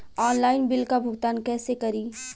Online bill क भुगतान कईसे करी?